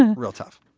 and real tough.